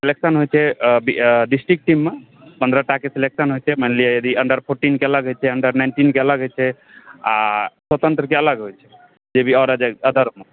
selection होइ छै district टीममे पन्द्रहटाके सेलेक्शन होइ छै मानि लिअ यदि अण्डर फोर्टीनके अलग होइ छै अण्डर नाइनटिनके अलग होइ छै आ स्वतन्त्रके अलग होइ छै जे भी अदर